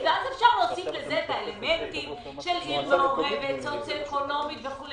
בא חבר הכנסת סמוטריץ' ושואל